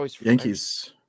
Yankees